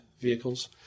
vehicles